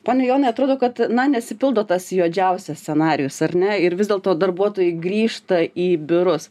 pone jonai atrodo kad na nesipildo tas juodžiausias scenarijus ar ne ir vis dėlto darbuotojai grįžta į biurus